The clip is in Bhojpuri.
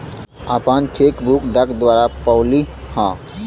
हम आपन चेक बुक डाक द्वारा पउली है